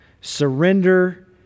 surrender